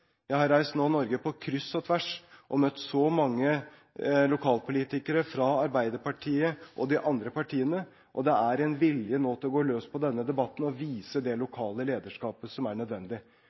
Jeg har nå reist i Norge på kryss og tvers og møtt mange lokalpolitikere fra Arbeiderpartiet og de andre partiene, og det er en vilje nå til å gå løs på denne debatten og vise det lokale lederskapet som er nødvendig.